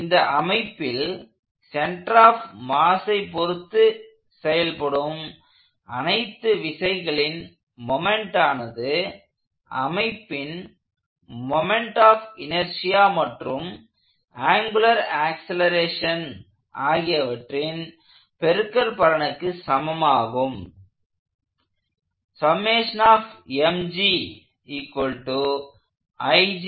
இந்த அமைப்பில் centre of மாஸை பொருத்து செயல்படும் அனைத்து விசைகளின் மொமென்ட் ஆனது அமைப்பின் மொமெண்ட் ஆப் இனர்ஷியா மற்றும் ஆங்குலர் ஆக்சலேரேஷன் ஆகியவற்றின் பெருக்கற்பலனுக்கு சமமாகும் சமமாகும்